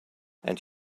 and